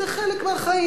זה חלק מהחיים.